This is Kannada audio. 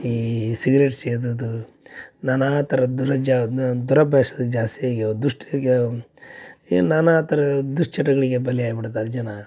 ಈ ಸಿಗ್ರೇಟ್ ಸೇದದು ನಾನಾ ಥರದ್ದು ದುರಜ್ಜಾನ ದುರಭ್ಯಾಸ ಜಾಸ್ತಿ ಆಗ್ಯವ ದುಷ್ಟ ಇನ್ನು ನಾನಾ ಥರ ದುಷ್ಚಟಗಳಿಗೆ ಬಲಿಯಾಗಿ ಬುಡ್ತಾರೆ ಜನ